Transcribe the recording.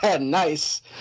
Nice